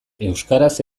euskaraz